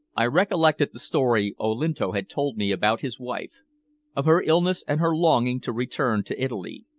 i recollected the story olinto had told me about his wife of her illness and her longing to return to italy.